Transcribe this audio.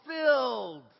filled